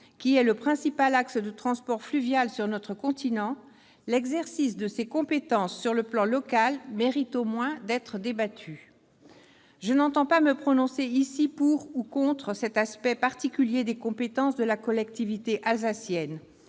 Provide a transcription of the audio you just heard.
rhénan, principal axe de transport fluvial de notre continent, l'exercice de ces compétences sur le plan local mérite au moins d'être débattu. Je n'entends pas me prononcer ici pour ou contre cet aspect particulier des compétences de la collectivité alsacienne,